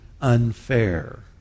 unfair